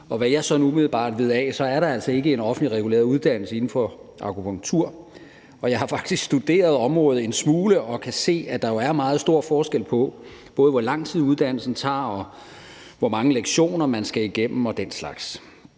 Og hvad jeg sådan lige umiddelbart ved af, er der altså ikke en offentligt reguleret uddannelse inden for akupunktur. Og jeg har faktisk studeret området en smule og kan se, at der jo er meget stor forskel på, både hvor lang tid uddannelsen tager, og hvor mange lektioner man skal igennem, og den slags.